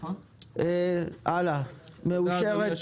סעיף 1 מאושר.